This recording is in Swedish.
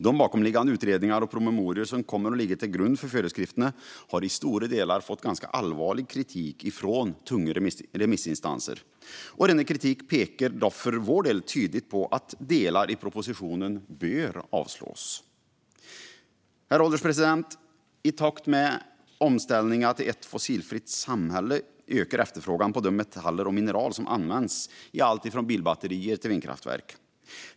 De bakomliggande utredningar och promemorior som kommer att ligga till grund för föreskrifterna har i stora delar fått ganska allvarlig kritik från tunga remissinstanser. Denna kritik pekar enligt oss tydligt på att stora delar av propositionen bör avslås. Herr ålderspresident! I takt med omställningen till ett fossilfritt samhälle ökar efterfrågan på de metaller och mineral som används i allt från bilbatterier till vindkraftverk.